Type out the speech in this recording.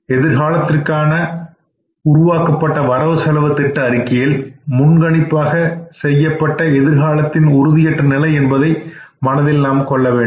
எதிர்காலத்திற்கான உருவாக்கப்பட்ட வரவு செலவுத் திட்ட அறிக்கையில் முன்கணிப்பாக செய்யப்பட்ட எதிர்காலத்தின் உறுதியற்ற நிலை என்பதை மனதில் கொள்ள வேண்டும்